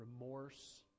remorse